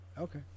Okay